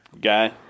guy